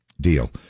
deal